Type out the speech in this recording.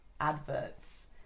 adverts